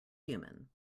human